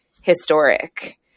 historic